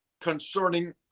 concerning